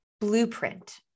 blueprint